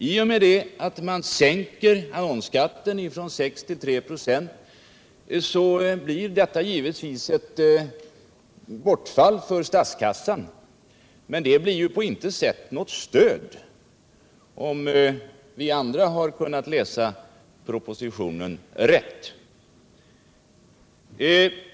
I och med att annonsskatten sänks från 6 till 3 96 blir det givetvis ett bortfall för statskassan, men det blir ju inte på något sätt något stöd för tidningarna — om vi andra har kunnat läsa propositionen rätt.